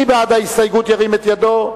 מי בעד ההסתייגות, ירים את ידו.